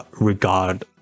regard